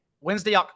Wednesday